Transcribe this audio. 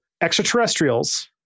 extraterrestrials